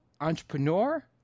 entrepreneur